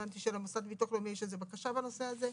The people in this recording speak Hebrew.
הבנתי שלמוסד לביטוח לאומי יש בקשה בנושא הזה.